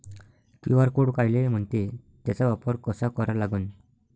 QR code कायले म्हनते, त्याचा वापर कसा करा लागन?